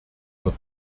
wird